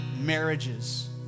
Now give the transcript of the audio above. marriages